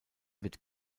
wird